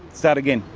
start again.